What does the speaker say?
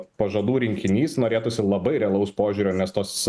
pažadų rinkinys norėtųsi labai realaus požiūrio nes tos